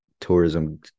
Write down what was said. tourism